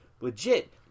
legit